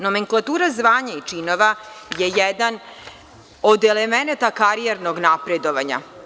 Nomenklatura zvanja i činova, je jedan od elementa karijernog napredovanja.